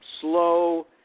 slow